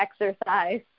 exercise